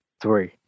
three